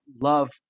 love